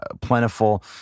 plentiful